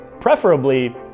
preferably